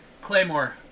Claymore